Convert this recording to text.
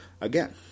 again